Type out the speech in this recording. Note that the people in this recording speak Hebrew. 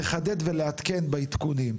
לחדד ולעדכן בעדכונים,